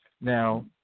Now